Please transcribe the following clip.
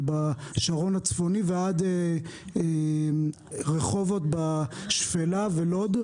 השרון בשרון הצפוני עד רחובות בשפלה ולוד.